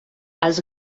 els